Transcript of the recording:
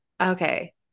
okay